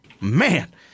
Man